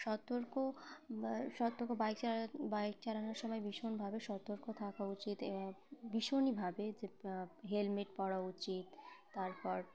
সতর্ক সতর্ক বাইক চালা বাইক চালানোর সময় ভীষণভাবে সতর্ক থাকা উচিত ভীষণইভাবে যে হেলমেট পরা উচিত তারপর